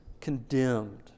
condemned